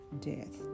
death